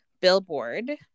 Billboard